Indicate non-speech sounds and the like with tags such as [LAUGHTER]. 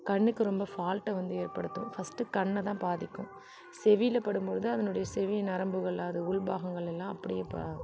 கண்ணுக்கு ரொம்ப ஃபால்ட்டை வந்து ஏற்படுத்தும் ஃபர்ஸ்ட் கண்ணைதான் பாதிக்கும் செவியில் படும் போது அதனுடைய செவி நரம்புகள் அது உள் பாகங்கள் எல்லாம் அப்படியே [UNINTELLIGIBLE]